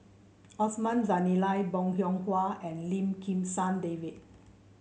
Osman Zailani Bong Hiong Hwa and Lim Kim San David